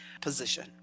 position